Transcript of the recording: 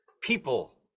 people